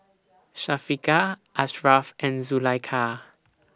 Syafiqah Ashraf and Zulaikha